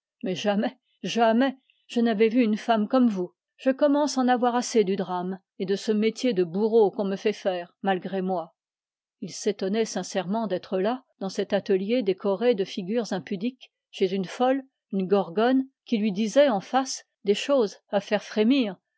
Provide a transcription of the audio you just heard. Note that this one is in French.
mais jamais jamais je n'avais vu une femme comme vous je commence à être las de ce drame et de ce métier de bourreau qu'on me fait faire malgré moi il s'étonnait sincèrement d'être là dans cet atelier décoré de figures impudiques chez une folle une gorgone qui lui disait en face des choses à faire frémir